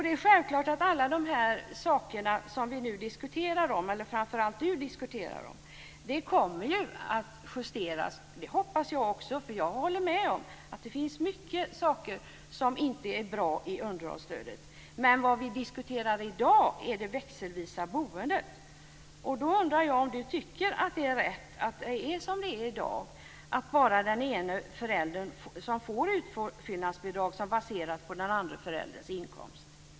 Det är självklart att alla de saker som vi diskuterar, eller som framför allt Cecilia Magnusson diskuterar, kommer att justeras. Det hoppas jag också, eftersom jag håller med om att det finns många saker som inte är bra när det gäller underhållsstödet. Men vad vi diskuterar i dag är det växelvisa boendet. Jag undrar om Cecilia Magnusson tycker att det är rätt att det är som det är i dag, att bara den ena föräldern får utfyllnadsbidrag som baseras på den andra förälderns inkomst.